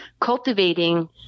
cultivating